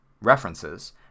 references